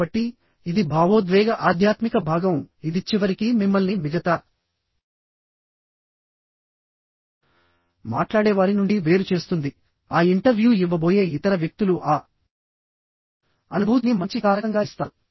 కాబట్టి ఇది భావోద్వేగ ఆధ్యాత్మిక భాగం ఇది చివరికి మిమ్మల్ని మిగతా మాట్లాడే వారి నుండి వేరు చేస్తుందిఆ ఇంటర్వ్యూ ఇవ్వబోయే ఇతర వ్యక్తులు ఆ అనుభూతిని మంచి కారకంగా ఇస్తారు